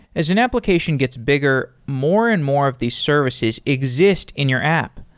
as an application gets bigger, more and more of these services exist in your app.